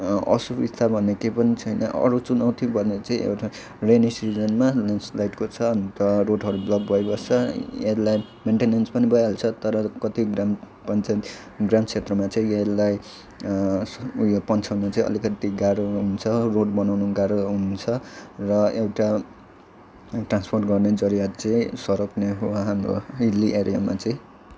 असुविस्ता भन्ने के पनि छैन अरू चुनौती भन्ने चाहिँ एउटा रेनी सिजनमा ल्यान्डस्लाइडको छ अन्त रोडहरू ब्लक भइबस्छ यसलाई मेन्टेनेन्स पनि भइहाल्छ तर कति ग्राम पञ्चायत ग्राम क्षेत्रमा चाहिँ यसलाई यो पन्छाउनु चाहिँ अलिकति गाह्रो हुन्छ रोड बनाउनु गाह्रो हुन्छ र एउटा ट्रान्सपोर्ट गर्ने जरिया चाहिँ सडक नै हो हाम्रो हिल्ली एरियामा चाहिँ